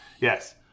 Yes